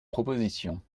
proposition